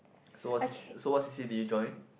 so what C_C so what C_C did you join